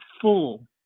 full